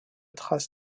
trace